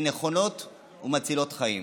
נכונות ומצילות חיים.